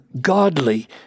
godly